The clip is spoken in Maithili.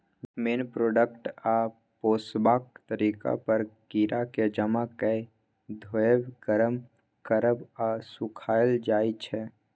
मेन प्रोडक्ट आ पोसबाक तरीका पर कीराकेँ जमा कए धोएब, गर्म करब आ सुखाएल जाइ छै